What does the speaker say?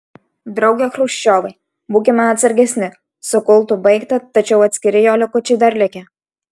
drauge chruščiovai būkime atsargesni su kultu baigta tačiau atskiri jo likučiai dar likę